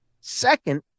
Second